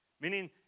meaning